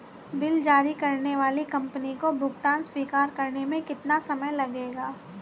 Bill जारी करने वाली कंपनी को भुगतान स्वीकार करने में कितना समय लगेगा?